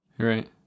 right